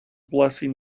blessing